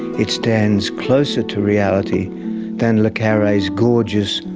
it stands closer to reality than le carre's gorgeous,